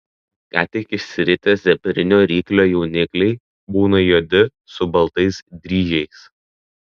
ką tik išsiritę zebrinio ryklio jaunikliai būna juodi su baltais dryžiais